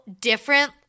different